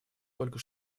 только